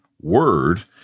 Word